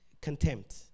contempt